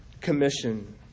commission